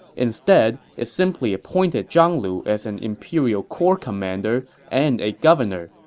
instead, it simply appointed zhang lu as an imperial corps commander and a governor,